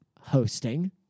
hosting